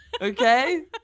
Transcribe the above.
Okay